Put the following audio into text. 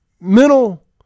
Mental